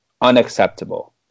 Unacceptable